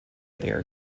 their